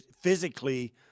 physically